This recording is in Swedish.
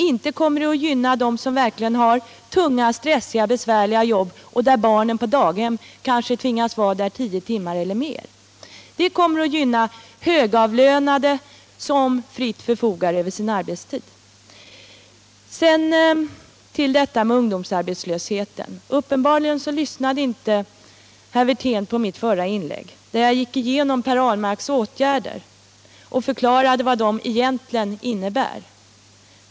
Inte kommer det att gynna dem som verkligen har tunga, stressiga och besvärliga jobb och vilkas barn kanske tvingas vara på daghem tio timmar eller mer. Det förslaget kommer att gynna högavlönade, som fritt förfogar över sin arbetstid. Sedan till ungdomsarbetslösheten. Herr Wirtén lyssnade uppenbarligen inte på mitt förra inlägg. Jag gick där igenom Per Ahlmarks åtgärder och förklarade vad de igentligen innebär.